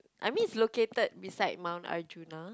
I mean it's located beside Mount-Arjuna